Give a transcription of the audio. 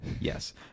Yes